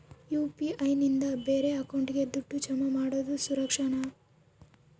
UPI ನಿಂದ ಬೇರೆ ಅಕೌಂಟಿಗೆ ದುಡ್ಡು ಜಮಾ ಮಾಡೋದು ಸುರಕ್ಷಾನಾ?